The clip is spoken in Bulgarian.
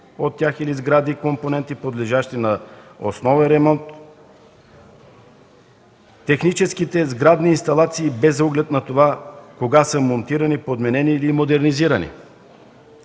от тях или сгради и компоненти, подлежащи на основен ремонт, техническите сградни инсталации, без оглед на това кога са монтирани, подменени или модернизирани.